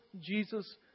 Jesus